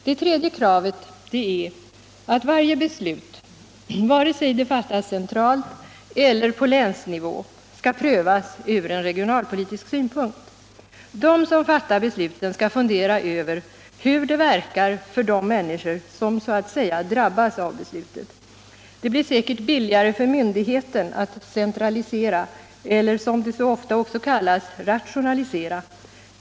Det tredje kravet är att varje beslut, vare sig det fattas centralt eller på länsnivå, skall prövas från regionalpolitisk synpunkt. De som fattar besluten skall fundera över hur det verkar för de människor som så att säga drabbas av beslutet. Det blir säkert billigare för myndigheten att centralisera eller, som det så ofta också kallas, rationalisera.